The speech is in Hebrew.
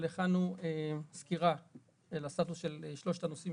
אבל הכנו סקירה לסטטוס של שלושת הנושאים